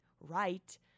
right